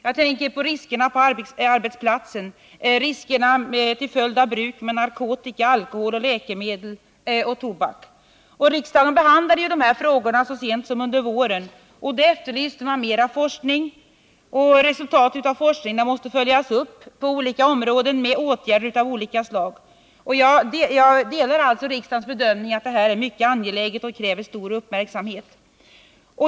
Jag tänker på riskerna på arbetsplatsen liksom på riskerna till följd av bruk av narkotika, alkohol, läkemedel och tobak. Riksdagen behandlade ju dessa frågor så sent som under våren, och då efterlyste man mera forskning samt uttalade att resultatet av forskningen måste följas upp med åtgärder av olika slag på de områden som berörs. Jag delar alltså riksdagens bedömning att den här frågan är mycket angelägen och kräver stor uppmärksamhet.